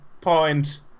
point